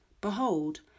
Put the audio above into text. Behold